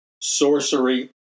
sorcery